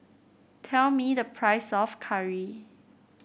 tell me the price of curry